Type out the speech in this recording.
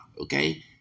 Okay